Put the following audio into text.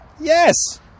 yes